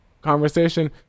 conversation